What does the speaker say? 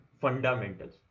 fundamentals